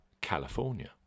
California